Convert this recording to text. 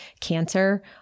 cancer